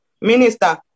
Minister